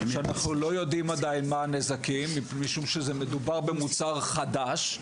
שאנחנו לא יודעים עדיין מה הנזקים משום שמדובר במוצר חדש,